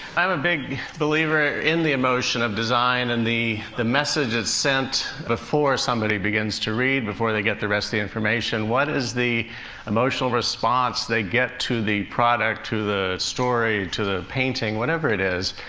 i'm a big believer in the emotion of design, and the the message that's sent before somebody begins to read, before they get the rest of the information what is the emotional response they get to the product, to the story, to the painting whatever it is.